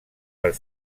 per